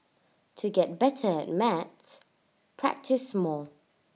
to get better at maths practise more